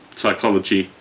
psychology